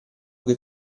che